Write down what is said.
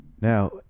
now